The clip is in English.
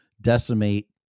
decimate